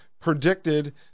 predicted